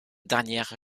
dernière